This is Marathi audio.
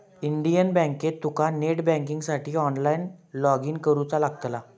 इंडियन बँकेत तुका नेट बँकिंगसाठी ऑनलाईन लॉगइन करुचा लागतला